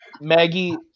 Maggie